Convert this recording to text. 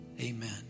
amen